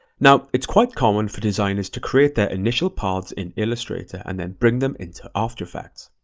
now, it's quite common for designers to create their initial paths in illustrator and then bring them into after effects.